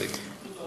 הישג.